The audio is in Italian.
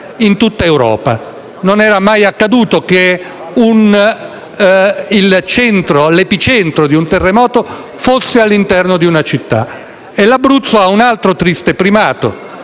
Non era mai accaduto che l'epicentro di un terremoto fosse all'interno di una città. L'Abruzzo ha poi un altro triste primato,